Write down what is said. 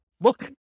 look